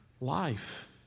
life